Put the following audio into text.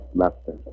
master